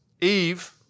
Eve